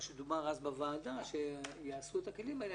שדובר אז בוועדה שיעשו את הכלים האלה,